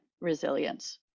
resilience